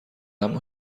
اما